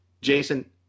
Jason